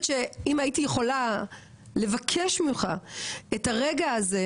שאם הייתי יכולה לבקש ממך את הרגע הזה,